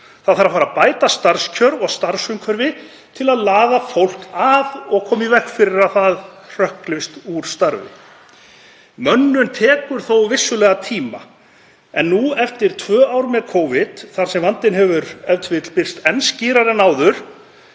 Það þarf að fara að bæta starfskjör og starfsumhverfi til að laða fólk að og koma í veg fyrir að það hrökklist úr starfi. Mönnun tekur þó vissulega tíma en nú eftir tvö ár með Covid, þar sem vandinn hefur e.t.v. birst enn skýrar en áður,